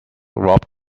rope